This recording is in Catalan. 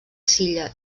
silla